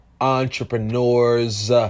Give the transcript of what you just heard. Entrepreneurs